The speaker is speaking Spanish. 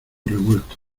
revuelto